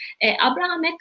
Abraham